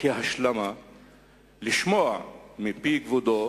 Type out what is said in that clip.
לשמוע מפי כבודו,